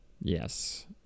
yes